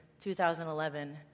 2011